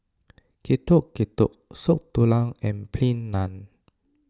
Getuk Getuk Soup Tulang and Plain Naan